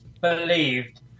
believed